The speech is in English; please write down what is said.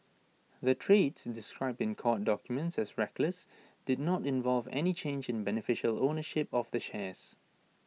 the trades described in court documents as reckless did not involve any change in beneficial ownership of the shares